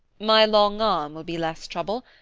my long arm will be less trouble.